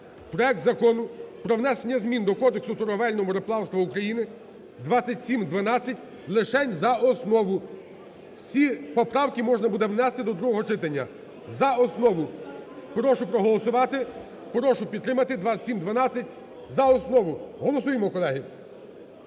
проект Закону про внесення змін до Кодексу торговельного мореплавства України (2712) лишень за основу. Всі поправки можна буде внести до другого читання. За основу прошу проголосувати, прошу підтримати 2712 за основу. Голосуємо, колеги.